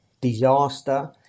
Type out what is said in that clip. disaster